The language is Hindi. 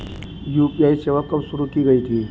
यू.पी.आई सेवा कब शुरू की गई थी?